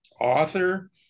author